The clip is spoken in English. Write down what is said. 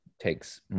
takes